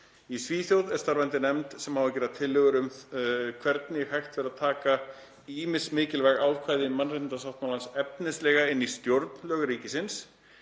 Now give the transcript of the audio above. Í Svíþjóð er starfandi nefnd sem á að gera tillögur um hvernig hægt verði að taka ýmis mikilvæg ákvæði mannréttindasáttmálans efnislega inn í stjórnlög ríkisins.